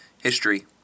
History